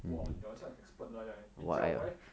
!wah! 你好像 expert 那样 leh eh 教我 leh